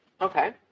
Okay